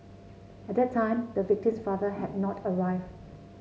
at that time the victim's father had not arrived